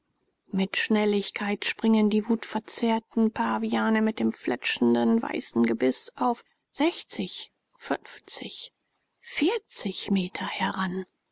mit schnelligkeit springen die wutverzerrten paviane mit dem fletschenden weißen gebiß auf fünfzig vierzig meter heran